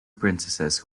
princesses